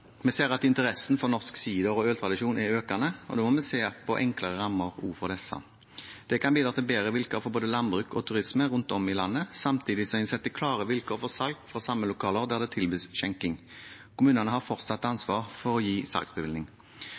Vi ser at interessen for norsk sider- og øltradisjon er økende, og da må vi se på enklere rammer også for disse. Det kan bidra til bedre vilkår for både landbruk og turisme rundt om i landet, samtidig som en setter klare vilkår for salg fra samme lokaler der det tilbys skjenking. Kommunene har fortsatt ansvaret for å gi